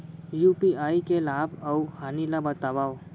UPI के लाभ अऊ हानि ला बतावव